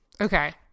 Okay